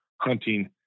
hunting